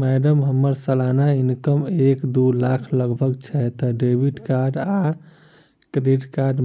madam हम्मर सलाना income एक दु लाख लगभग छैय तऽ डेबिट कार्ड आ क्रेडिट कार्ड